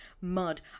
mud